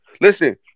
Listen